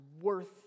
worth